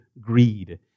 greed